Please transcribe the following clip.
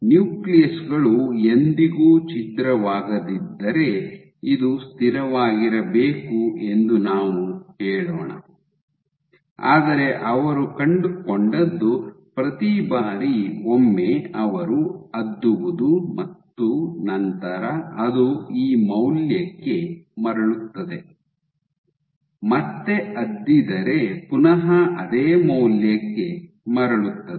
ನ್ಯೂಕ್ಲಿಯಸ್ಗಳು ಎಂದಿಗೂ ಛಿದ್ರವಾಗದಿದ್ದರೆ ಇದು ಸ್ಥಿರವಾಗಿರಬೇಕು ಎಂದು ನಾವು ಹೇಳೋಣ ಆದರೆ ಅವರು ಕಂಡುಕೊಂಡದ್ದು ಪ್ರತಿ ಬಾರಿ ಒಮ್ಮೆ ಅವರು ಅದ್ದುವುದು ಮತ್ತು ನಂತರ ಅದು ಈ ಮೌಲ್ಯಕ್ಕೆ ಮರಳುತ್ತದೆ ಮತ್ತೆ ಅದ್ದಿದರೆ ಪುನಃ ಅದೇ ಮೌಲ್ಯಕ್ಕೆ ಮರಳುತ್ತದೆ